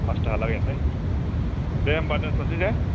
पासताहा लागे दे होमबा दोन्थ'नोसै दे